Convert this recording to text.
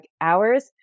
hours